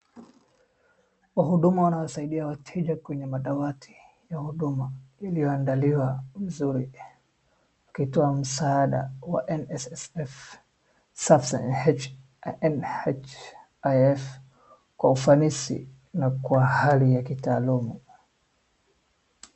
Wahuduma wanosaidia wateja kwenye madawati ya huduma iliyoandaliwa mzuri wakitoa msaada wa NSSF ,SAFSA na NHIF kwa ufanisi na kwa hali ya kitaalumu .